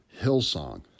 Hillsong